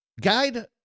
Guide